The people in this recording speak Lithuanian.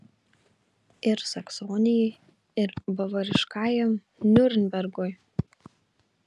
ir saksonijai ir bavariškajam niurnbergui